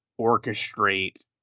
orchestrate